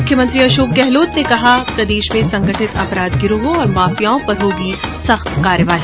मुख्यमंत्री अशोक गहलोत ने कहा प्रदेश में संगठित अपराध गिरोह और माफियाओं पर होगी सख्त कार्यवाही